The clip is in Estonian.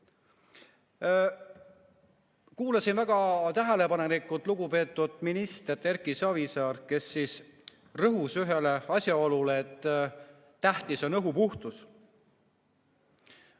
Kuulasin väga tähelepanelikult lugupeetud ministrit Erki Savisaart, kes rõhus ühele asjaolule, et tähtis on õhu puhtus.